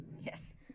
Yes